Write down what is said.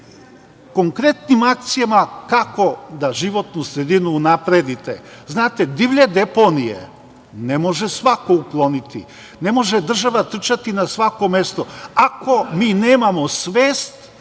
konkretnim akcijama kako da životnu sredinu unapredite. Znate, divlje deponije ne može svako ukloniti, ne može država trčati na svako mesto, ako mi nemamo svest